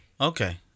Okay